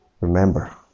Remember